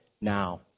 now